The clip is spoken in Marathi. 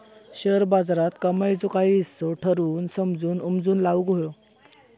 शेअर बाजारात कमाईचो काही हिस्सो ठरवून समजून उमजून लाऊक व्हये